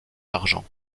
argent